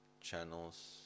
channels